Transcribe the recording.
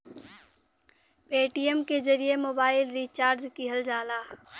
Paytm के जरिए mobile recharge किहल जाला